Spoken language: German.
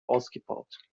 ausgebaut